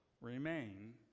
remain